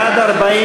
בעד, 40,